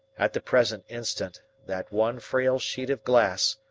at the present instant that one frail sheet of glass,